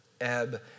ebb